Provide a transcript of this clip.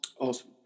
Awesome